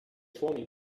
forming